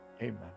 Amen